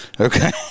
okay